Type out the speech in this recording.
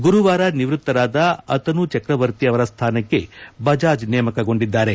ಗುರುವಾರ ನಿವ್ವತ್ತರಾದ ಅತನು ಚಕ್ರವರ್ತಿ ಅವರ ಸ್ಲಾನಕ್ಕೆ ಬಜಾಜ್ ನೇಮಕಗೊಂಡಿದ್ದಾರೆ